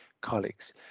colleagues